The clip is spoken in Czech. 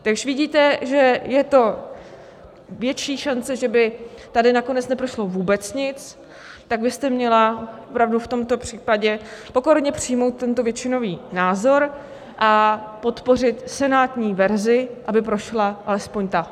Když vidíte, že je to větší šance, že by tady nakonec neprošlo vůbec nic, tak byste měla opravdu v tomto případě pokorně přijmout tento většinový názor a podpořit senátní verzi, aby prošla alespoň ta.